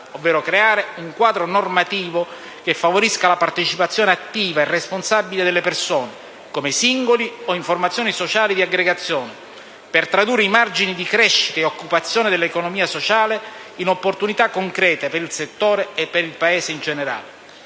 ovvero creare un quadro normativo che favorisca la partecipazione attiva e responsabile delle persone, come singoli o in formazioni sociali di aggregazione, per tradurre i margini di crescita e occupazione dell'economia sociale in opportunità concrete per il settore e per il Paese in generale.